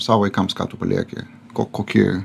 savo vaikams ką tu palieki ko kokį